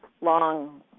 long